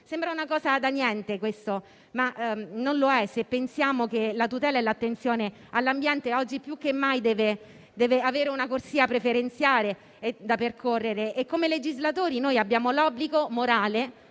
Sembra una cosa da niente, ma non lo è, se pensiamo che la tutela e l'attenzione all'ambiente, oggi più che mai, devono avere una corsia preferenziale da percorrere. Come legislatori, noi abbiamo l'obbligo morale